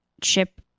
chip